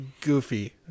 goofy